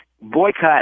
Boycott